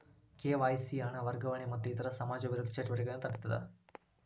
KYC ಹಣ ವರ್ಗಾವಣೆ ಮತ್ತ ಇತರ ಸಮಾಜ ವಿರೋಧಿ ಚಟುವಟಿಕೆಗಳನ್ನ ತಡೇತದ